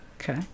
Okay